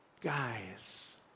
guys